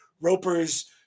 Roper's